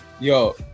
Yo